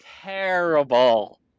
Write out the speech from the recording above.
terrible